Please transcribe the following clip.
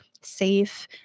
safe